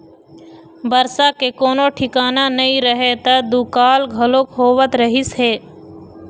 बरसा के कोनो ठिकाना नइ रहय त दुकाल घलोक होवत रहिस हे